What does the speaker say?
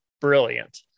Brilliant